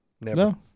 No